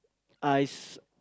I s~